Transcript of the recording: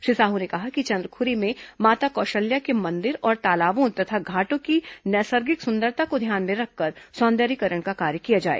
श्री साहू ने कहा कि चंदखुरी में माता कौशल्या के मंदिर और तालाबों तथा घाटों की नैसर्गिक सुंदरता को ध्यान में रखकर सौंदर्यीकरण का कार्य किया जाए